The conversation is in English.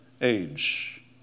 age